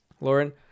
Lauren